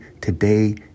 today